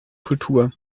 kultur